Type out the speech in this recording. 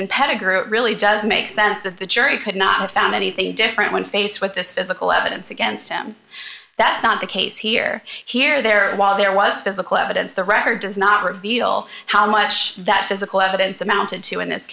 and pettigrew it really does make sense that the jury could not have found anything different when faced with this physical evidence against him that's not the case here here or there while there was physical evidence the record does not reveal how much that physical evidence amounted to in this